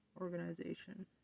organization